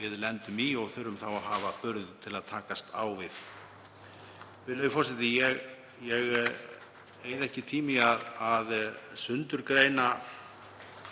við lendum í og þurfum þá að hafa burði til að takast á við þau. Virðulegur forseti. Ég eyði ekki tíma í að sundurgreina